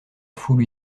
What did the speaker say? foule